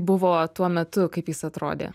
buvo tuo metu kaip jis atrodė